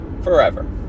forever